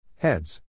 Heads